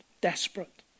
desperate